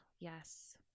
yes